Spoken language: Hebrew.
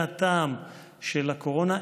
מהטעם של הקורונה,